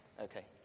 Okay